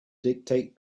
dictate